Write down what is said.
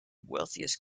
wealthiest